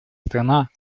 страна